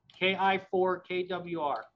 KI4KWR